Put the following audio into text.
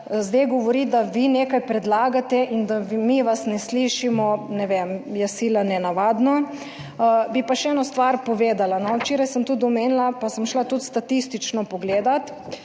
zdaj govoriti, da vi nekaj predlagate, in da mi vas ne slišimo, ne vem, je sila nenavadno. Bi pa še eno stvar povedala. Včeraj sem tudi omenila, pa sem šla tudi statistično pogledati,